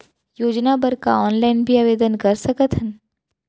योजना बर का ऑनलाइन भी आवेदन कर सकथन?